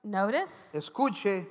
notice